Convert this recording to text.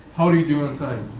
how are you doing on time,